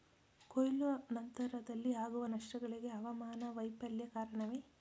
ಕೊಯ್ಲು ನಂತರದಲ್ಲಿ ಆಗುವ ನಷ್ಟಗಳಿಗೆ ಹವಾಮಾನ ವೈಫಲ್ಯ ಕಾರಣವೇ?